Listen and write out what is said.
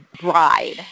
bride